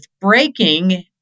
breaking